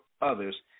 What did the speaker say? others